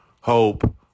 hope